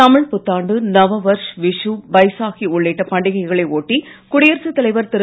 தமிழ்ப் புத்தாண்டு நவ வர்ஷ் விஷு பைசாகி உள்ளிட்ட பண்டிகைகளை ஒட்டி குடியரசுத் தலைவர் திரு